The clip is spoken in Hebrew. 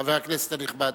חבר הכנסת הנכבד.